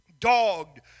dogged